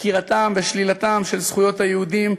העקירה והשלילה של זכויות היהודים,